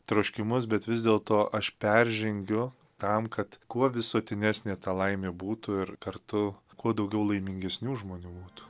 troškimus bet vis dėlto aš peržengiu tam kad kuo visuotinesnė ta laimė būtų ir kartu kuo daugiau laimingesnių žmonių būtų